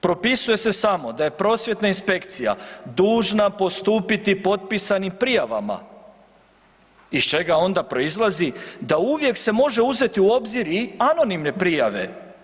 Propisuje se samo da je prosvjetna inspekcija dužna postupiti potpisanim prijavama iz čega onda proizlazi da uvijek se može uzeti u obzir i anonimne prijave.